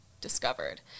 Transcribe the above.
discovered